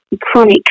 chronic